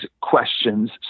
questions